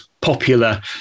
popular